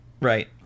Right